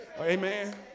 Amen